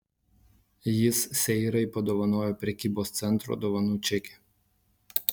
jis seirai padovanojo prekybos centro dovanų čekį